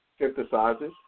synthesizes